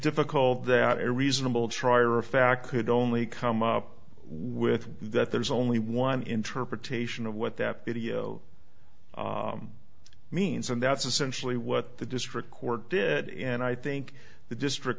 difficult that a reasonable trier of fact could only come up with that there's only one interpretation of what that video means and that's essentially what the district court did and i think the district